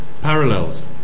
Parallels